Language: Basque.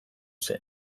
zen